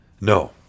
No